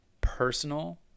personal